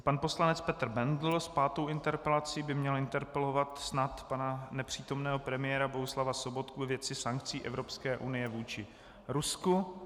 Pan poslanec Petr Bendl s pátou interpelací by měl interpelovat snad pana nepřítomného premiéra Bohuslava Sobotku ve věci sankcí Evropské unie vůči Rusku.